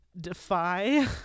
defy